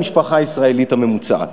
יעני, המשפחה הישראלית הממוצעת.